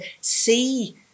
see